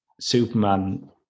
Superman